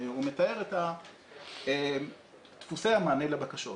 הוא מתאר את דפוסי המענה לבקשות.